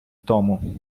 тому